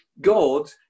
God